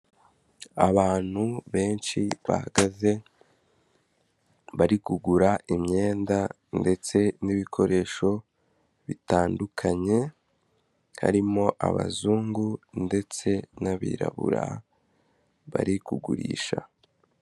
Abantu benshi bahagaze bari kugura imyenda ndetse n'ibikoresho bitandukanye, harimo abazungu ndetse n'abirabura bari kugurisha.